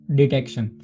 detection